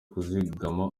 kuzigama